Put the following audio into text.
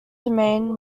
domain